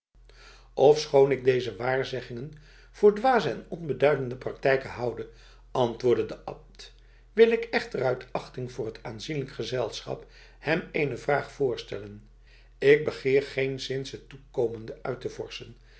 ofschoon ik zijne waarzeggingen voor dwaze en onbeduidende praktijken houde antwoordde de abt wil ik echter uit achting voor het aanzienlijk gezelschap hem eene vraag voorstellen ik begeer geenszins het toekomende uit te